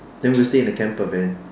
then we will stay in the camper van